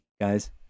guys